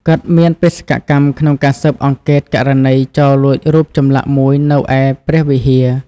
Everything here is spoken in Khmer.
គាត់មានបេសកកម្មក្នុងការស៊ើបអង្កេតករណីចោរលួចរូបចម្លាក់មួយនៅឯព្រះវិហារ។